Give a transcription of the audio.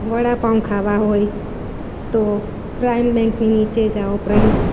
વડાપાઉં ખાવા હોય તો પ્રાઇમ બેન્કની નીચે જાઓ પ્રાઇમ